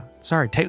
sorry